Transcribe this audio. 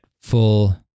full